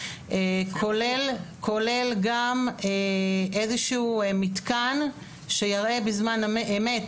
כולל גם איזשהו מתקן שיראה בזמן אמת